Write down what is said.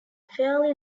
fairly